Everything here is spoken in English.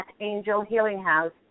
angelhealinghouse